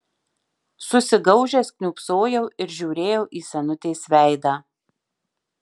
susigaužęs kniūbsojau ir žiūrėjau į senutės veidą